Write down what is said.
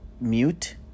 mute